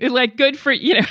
like good for you. know